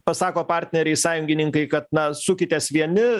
pasako partneriai sąjungininkai kad na sukitės vieni